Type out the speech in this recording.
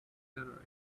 arrived